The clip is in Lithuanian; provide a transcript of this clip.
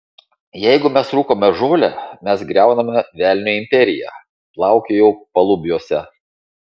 jeigu mes rūkome žolę mes griauname velnio imperiją plaukiojau palubiuose